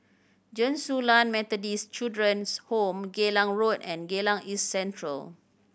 Chen Su Lan Methodist Children's Home Geylang Road and Geylang East Central